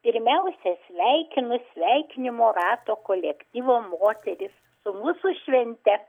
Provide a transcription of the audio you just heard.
pirmiausia sveikinu sveikinimo rato kolektyvo moteris su mūsų švente